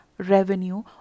revenue